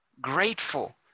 grateful